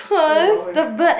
walao-wei